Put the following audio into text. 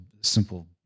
simple